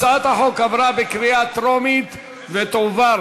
הצעת החוק עברה בקריאה טרומית ותועבר